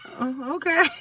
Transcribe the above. Okay